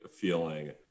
feeling